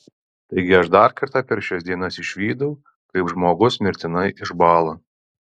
taigi aš dar kartą per šias dienas išvydau kaip žmogus mirtinai išbąla